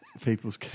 people's